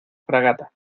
fragata